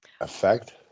effect